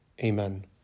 Amen